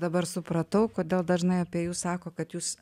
dabar supratau kodėl dažnai apie jus sako kad jūs